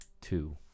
two